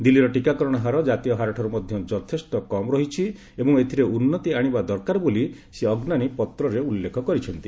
ଦିଲ୍ଲୀର ଟିକାକରଣ ହାର ଜାତୀୟ ହାରଠାର୍ ମଧ୍ୟ ଯଥେଷ୍ଟ କମ୍ ରହିଛି ଏବଂ ଏଥିରେ ଉନ୍ନତି ଆଶିବା ଦରକାର ବୋଲି ଶ୍ରୀ ଅଗ୍ନାନୀ ପତ୍ରରେ ଉଲ୍ଲେଖ କରିଛନ୍ତି